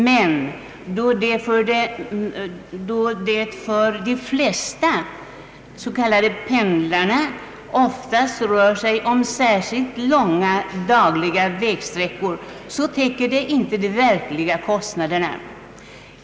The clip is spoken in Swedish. Men då det för de flesta s.k. pendlare rör sig om särskilt långa dagliga vägsträckor täcker det inte de verkliga kostnaderna.